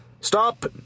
Stop